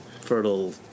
fertile